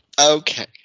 Okay